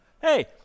hey